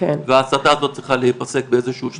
וההסתה הזאת צריכה להיפסק באיזשהו שלב.